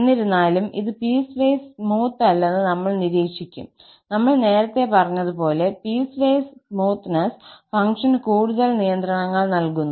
എന്നിരുന്നാലും ഇത് piecewise smooth അല്ലന്ന് നമ്മൾ നിരീക്ഷിക്കും നമ്മൾ നേരത്തെ പറഞ്ഞതുപോലെ പീസ്വൈസ് സ്മൂത്തനെസ്സ് ഫംഗ്ഷന് കൂടുതൽ നിയന്ത്രണങ്ങൾ നൽകുന്നു